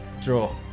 Draw